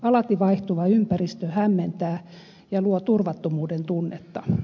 alati vaihtuva ympäristö hämmentää ja luo turvattomuuden tunnetta